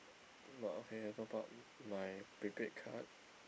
but okay I top up my prepaid card